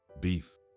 beef